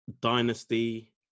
Dynasty